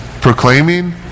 proclaiming